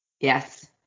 Yes